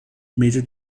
major